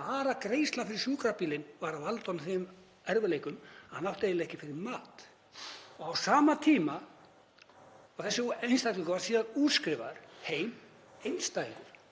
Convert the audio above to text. Bara greiðslan fyrir sjúkrabílinn var að valda honum þeim erfiðleikum að hann átti eiginlega ekki fyrir mat og á sama tíma var þessi einstaklingur síðan útskrifaður heim, einstæðingur